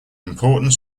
important